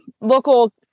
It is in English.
local